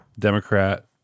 Democrat